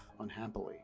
unhappily